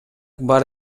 бар